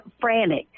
frantic